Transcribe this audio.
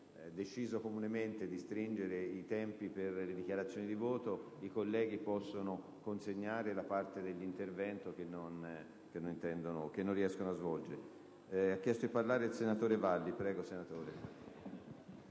deciso comunemente di stringere i tempi per le dichiarazioni di voto finale, i colleghi possono consegnare la parte dell'intervento che non riescono a svolgere